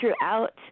throughout